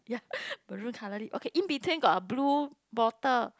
ya maroon colour lead okay in between got a blue bottle